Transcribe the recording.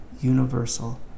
universal